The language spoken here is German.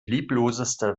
liebloseste